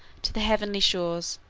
to the heavenly shores,